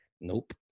Nope